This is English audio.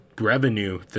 revenue